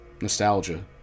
nostalgia